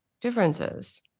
differences